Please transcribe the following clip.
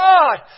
God